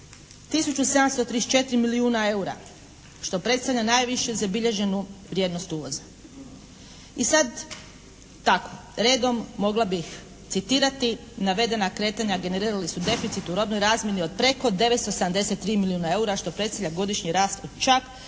734 milijuna eura, što predstavlja najviše zabilježenu vrijednost uvoza. I sad tako redom mogla bih citirati navedena kretanja, generirali su deficit u robnoj razmjeni od preko 973 milijuna eura što predstavlja godišnji rast od čak 21,1%.